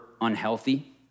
unhealthy